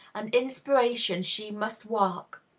and inspiration she must work.